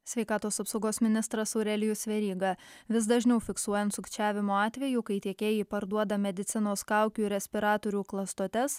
sveikatos apsaugos ministras aurelijus veryga vis dažniau fiksuojant sukčiavimo atvejų kai tiekėjai parduoda medicinos kaukių respiratorių klastotes